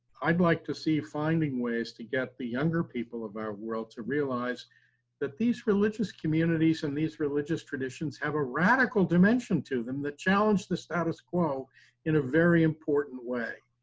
i'd like to see finding ways to get the younger people of our world to realize that these religious communities and these religious traditions have a radical dimension to them that challenge the status quo in a very important way!